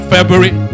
February